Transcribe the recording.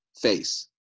face